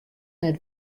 net